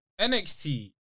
NXT